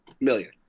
Million